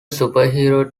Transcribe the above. superhero